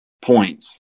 points